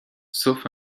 sauf